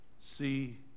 see